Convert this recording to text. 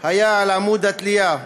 היה על עמוד התלייה,